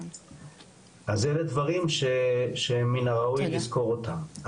אז אלה דברים שמן הראוי לזכור אותם.